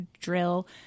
drill